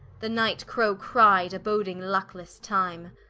the night-crow cry'de, aboding lucklesse time,